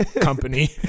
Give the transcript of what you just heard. company